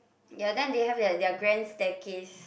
ya then they have their their grand staircase